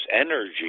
energy